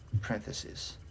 parentheses